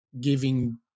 giving